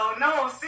no